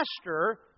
Master